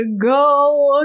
go